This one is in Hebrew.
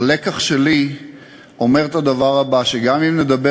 הלקח שלי אומר את הדבר הבא: שגם אם נדבר